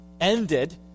ended